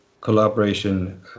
collaboration